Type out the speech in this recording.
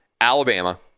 Alabama